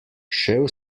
šel